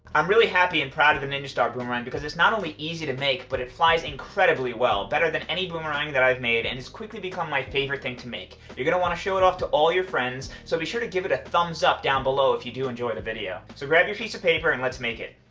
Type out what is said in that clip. i'm really happy and proud of the ninja star boomerang because it's not only easy to make, but it flies incredibly well. better than any boomerang that i've made and has quickly become my favorite thing to make. you're gonna want to show it off to all your friends, so be sure to give it a thumbs up down below if you do enjoy the video! so grab your piece of paper and let's make it!